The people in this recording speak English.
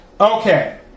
Okay